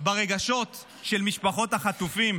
ברגשות של משפחות החטופים